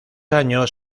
años